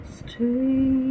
stay